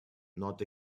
not